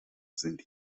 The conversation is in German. sind